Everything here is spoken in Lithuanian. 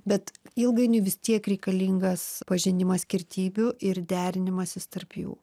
bet ilgainiui vis tiek reikalingas pažinimas skirtybių ir derinimasis tarp jų